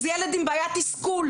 זה ילד עם בעיית תסכול.